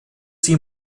sie